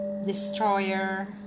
Destroyer